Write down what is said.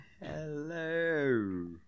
hello